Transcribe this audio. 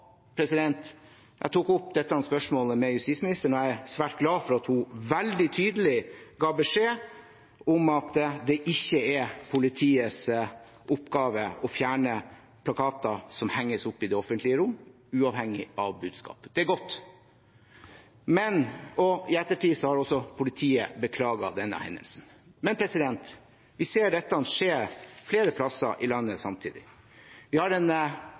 sin. Jeg tok opp dette spørsmålet med justisministeren, og jeg er svært glad for at hun veldig tydelig ga beskjed om at det ikke er politiets oppgave å fjerne plakater som henges opp i det offentlige rom, uavhengig av budskapet. Det er godt. I ettertid har også politiet beklaget denne hendelsen. Men vi ser samtidig dette skje flere plasser i landet. Vi har en